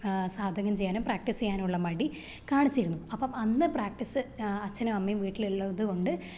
സാധകം ചെയ്യാനും പ്രാക്ടീസ് ചെയ്യാനുമുള്ള മടി കാണിച്ചിരുന്നു അപ്പം അന്ന് പ്രാക്ടീസ് അച്ഛനും അമ്മയും വീട്ടിലുള്ളത് കൊണ്ട്